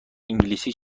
انگلیسی